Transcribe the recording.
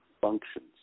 functions